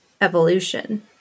evolution